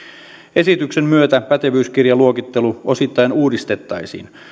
esityksen myötä pätevyyskirjaluokittelu osittain uudistettaisiin